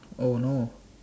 oh no